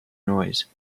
noise